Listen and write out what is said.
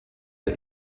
der